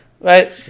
right